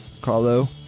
Carlo